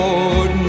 Lord